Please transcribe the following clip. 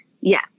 yes